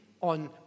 on